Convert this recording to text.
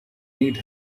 need